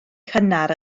cynnar